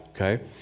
okay